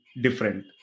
different